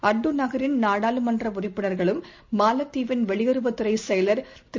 அட்டுநகரின் நாடாளுமன்றஉறுப்பினர்களும் மாலத்தீவின் வெளியுறவுத் துறைசெயலர் திரு